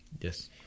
Yes